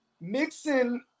mixing